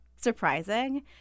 surprising